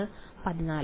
വിദ്യാർത്ഥി 14